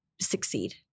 succeed